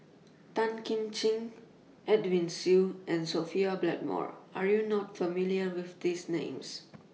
Tan Kim Ching Edwin Siew and Sophia Blackmore Are YOU not familiar with These Names